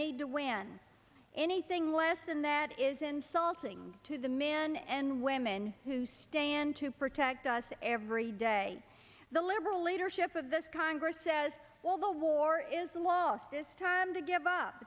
need to win anything less than that is insulting to the men and women who stand to protect us every day the liberal leadership of this congress says well the war is lost is time to give up